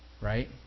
Right